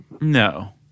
No